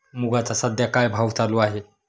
मुगाचा सध्या काय भाव चालू आहे?